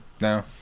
No